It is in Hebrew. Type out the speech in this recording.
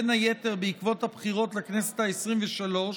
בין היתר בעקבות הבחירות לכנסת העשרים-ושלוש,